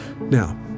Now